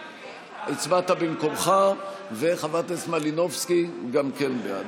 הצבעת במקומך, וחברת הכנסת מלינובסקי, גם כן בעד.